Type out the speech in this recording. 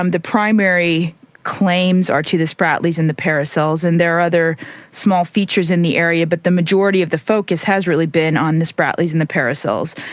um the primary claims are to the spratlys and the paracels, and there are other small features in the area but the majority of the focus has really been on the spratlys and the paracels.